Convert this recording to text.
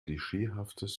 klischeehaftes